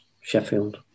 Sheffield